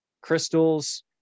crystals